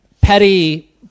petty